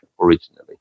originally